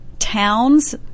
Towns